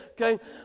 okay